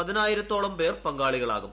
പതിനായിരത്തോളം പേർ പങ്കാളികളാകും